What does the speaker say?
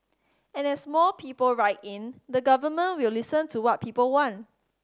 and as more people write in the Government will listen to what people want